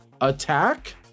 attack